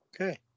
Okay